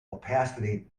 opacity